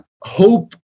hope